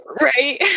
Right